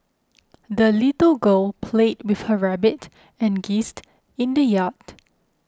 the little girl played with her rabbit and geesed in the yard